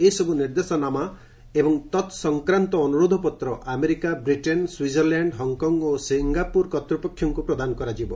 ଏ ସବୁ ନିର୍ଦ୍ଦେଶନାମା ଏବଂ ତତ୍ ସଂକ୍ରାନ୍ତ ଅନୁରୋଧପତ୍ର ଆମେରିକା ବ୍ରିଟେନ୍ ସ୍ୱିଜରଲ୍ୟାଣ୍ଡ ହଙ୍କକଙ୍କ ଓ ସିଙ୍ଗାପୁର କର୍ତ୍ତୂପକ୍ଷଙ୍କୁ ପ୍ରଦାନ କରାଯିବ